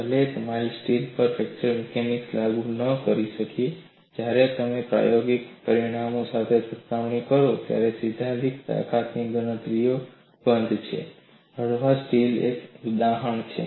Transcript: ભલે અમે mild steel પર ફ્રેક્ચર મિકેનિક્સ લાગુ ન કરી શકીએ જ્યારે તમે પ્રાયોગિક પરિણામો સાથે સરખામણી કરો ત્યારે સૈદ્ધાંતિક તાકાત ગણતરીઓ બંધ છે હળવા સ્ટીલ એક સારું ઉદાહરણ છે